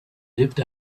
lived